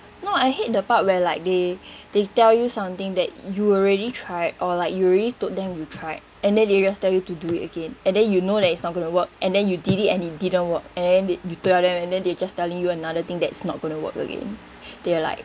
no I hate the part where like they they tell you something that you already tried or like you already told them you tried and then they just tell you to do it again and then you know that it's not going to work and then you did it and it didn't work and then they you tell them and then they'll just telling you another thing that's not gonna work again they are like